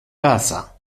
casa